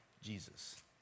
Jesus